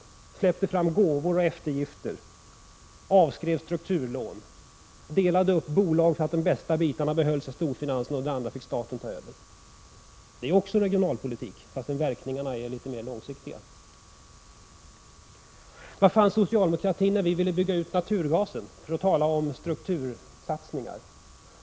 Regeringen släppte fram gåvor och gjorde eftergifter, avskrev strukturlån, delade upp bolag så att de bästa bitarna behölls av storfinansen medan staten fick ta över de andra. Det är också regionalpolitik, fast verkningarna är litet mer långsiktiga. Var fanns socialdemokratin när vi ville bygga ut naturgasen — för att tala om struktursatsningar?